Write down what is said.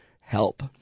help